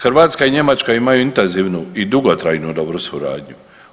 Hrvatska i Njemačka imaju intenzivnu i dugotrajnu dobru suradnju.